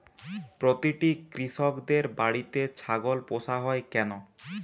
প্রতিটি কৃষকদের বাড়িতে ছাগল পোষা হয় কেন?